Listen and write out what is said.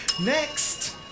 Next